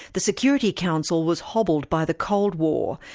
the security council was hobbled by the cold war,